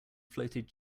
floated